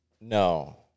No